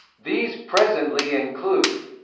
these presently include